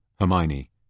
Hermione